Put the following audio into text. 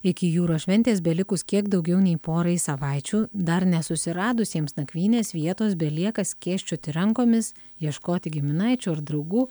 iki jūros šventės belikus kiek daugiau nei porai savaičių dar nesusiradusiems nakvynės vietos belieka skėsčioti rankomis ieškoti giminaičių ar draugų